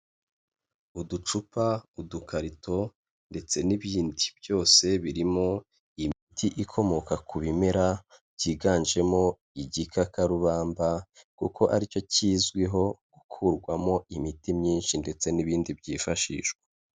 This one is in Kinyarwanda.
Uducupa, udukarito, ndetse n'ibindi, byose birimo imiti ikomoka ku bimera, byiganjemo igikakarubamba, kuko aricyo kizwiho gukurwamo imiti myinshi, ndetse n'ibindi byifashishwa.